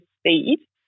speed